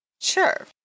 Sure